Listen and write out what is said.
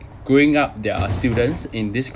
growing up there are students in this